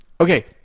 Okay